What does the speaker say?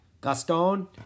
Gaston